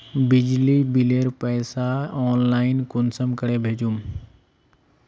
बिजली बिलेर पैसा ऑनलाइन कुंसम करे भेजुम?